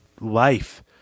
life